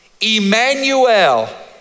Emmanuel